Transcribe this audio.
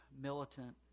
militant